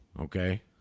Okay